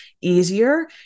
easier